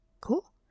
cool